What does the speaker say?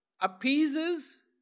appeases